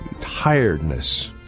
tiredness